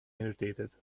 irritated